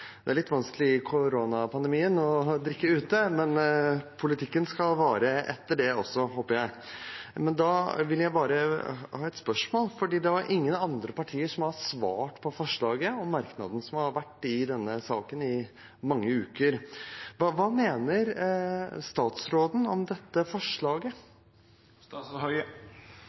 Det er litt vanskelig i koronapandemien å drikke ute, men politikken skal vare etter det også, håper jeg. Da vil jeg stille et spørsmål, for det er ingen andre partier som har svart på forslaget og merknaden som har vært i denne saken i mange uker: Hva mener statsråden om dette forslaget?